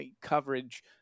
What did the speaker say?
coverage